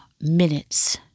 minutes